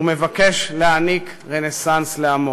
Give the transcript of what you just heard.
ומבקש להעניק רנסנס לעמו.